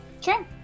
Sure